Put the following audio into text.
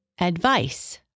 Advice